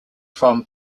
from